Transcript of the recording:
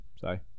sorry